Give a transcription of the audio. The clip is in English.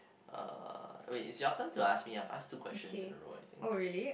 uh wait is your turn to ask me I have ask two question in a row I think